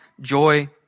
joy